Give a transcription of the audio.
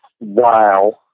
Wow